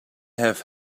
have